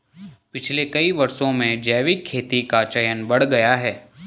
पिछले कई वर्षों में जैविक खेती का चलन बढ़ गया है